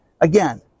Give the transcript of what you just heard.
again